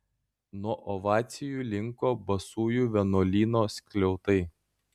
nuo ovacijų linko basųjų vienuolyno skliautai